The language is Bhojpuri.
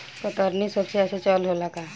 कतरनी सबसे अच्छा चावल होला का?